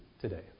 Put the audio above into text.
today